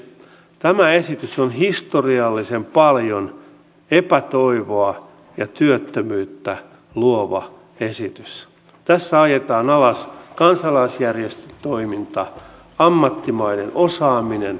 mutta olen viettänyt aika paljon aikaa täällä teidän kanssanne välikysymyksiin vastaamiseen ja se on aina sitten jostain poissa saattaa olla pois myöskin viennin edistämisestä